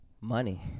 Money